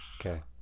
okay